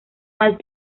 más